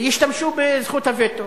ישתמשו בזכות הווטו.